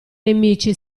nemici